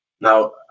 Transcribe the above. Now